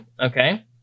Okay